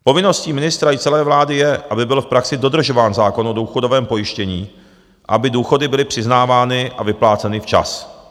Povinností ministra i celé vlády je, aby byl v praxi dodržován zákon o důchodovém pojištění, aby důchody byly přiznávány a vypláceny včas.